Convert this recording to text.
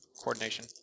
coordination